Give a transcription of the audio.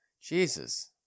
Jesus